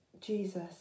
Jesus